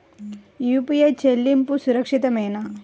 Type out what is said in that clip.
UPI చెల్లింపు సురక్షితమేనా?